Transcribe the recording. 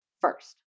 First